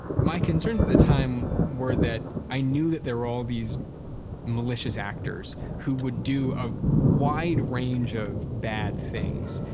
my concerns at that time were that i knew that there were all these malicious actors who would do a wide range of bad things,